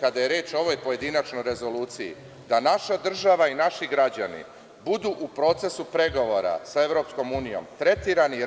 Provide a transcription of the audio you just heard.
Kada je reč o ovoj pojedinačnoj rezoluciji očekujemo da naša država i naši građani u procesu pregovora sa EU budu tretirani